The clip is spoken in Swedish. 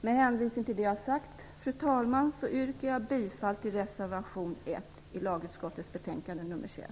Med hänvisning till det jag har sagt, fru talman, yrkar jag bifall till reservation 1 i lagutskottets betänkande 21.